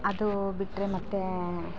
ಅದು ಬಿಟ್ಟರೆ ಮತ್ತು